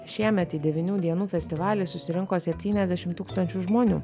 šiemet į devynių dienų festivalį susirinko septyniasdešim tūkstančių žmonių